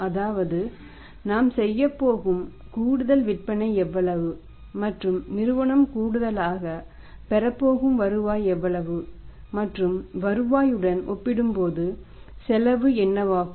அதாவது நாம் செய்யப்போகும் கூடுதல் விற்பனை எவ்வளவு மற்றும் நிறுவனம் கூடுதலாக பெறப்போகும் வருவாய் எவ்வளவு மற்றும் வருவாய் உடன் ஒப்பிடும்போது ஏற்படும் செலவு என்னவாகும்